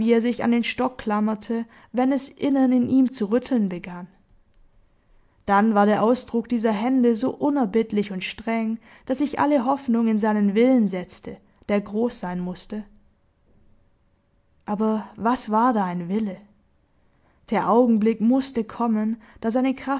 sich an den stock klammerte wenn es innen in ihm zu rütteln begann dann war der ausdruck dieser hände so unerbittlich und streng daß ich alle hoffnung in seinen willen setzte der groß sein mußte aber was war da ein wille der augenblick mußte kommen da seine